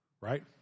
right